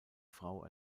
frau